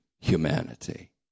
humanity